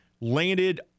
landed